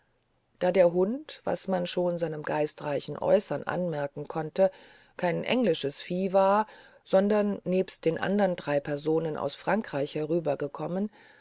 da der hund was man schon seinem geistreichen äußern anmerken konnte kein englisches vieh war sondern nebst den anderen drei personen aus frankreich